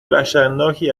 وحشتناکی